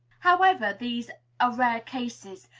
however, these are rare cases,